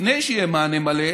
לפני שיהיה מענה מלא,